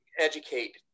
educate